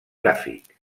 gràfic